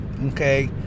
Okay